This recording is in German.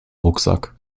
rucksack